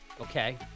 Okay